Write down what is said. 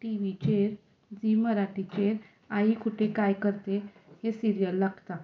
T V चेर झी मराठीचेर आई खुटी काय करती हें सिरीयल लागता